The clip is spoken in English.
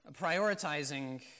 prioritizing